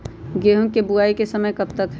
गेंहू की बुवाई का समय कब तक है?